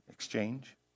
Exchange